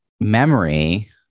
memory